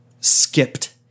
skipped